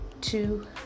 two